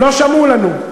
לא שמעו לנו.